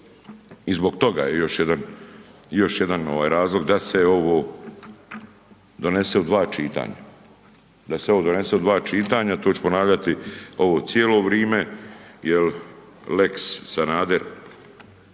je još jedan, još jedan ovaj razlog da se ovo donese u dva čitanja. Da se ovo donese u dva čitanja to ću ponavljati ovo cijelo vrijeme jer lex Sanader